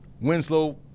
Winslow